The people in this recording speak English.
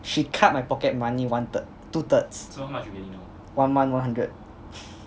she cut my pocket money one third two thirds one month one hundred